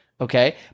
Okay